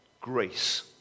grace